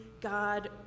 God